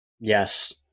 Yes